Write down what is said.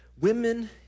women